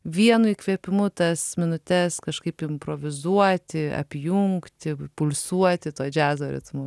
vienu įkvėpimu tas minutes kažkaip improvizuoti apjungti pulsuoti tuo džiazo ritmu